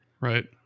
right